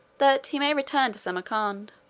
that he may return to samarcand.